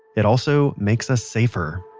it also makes us safer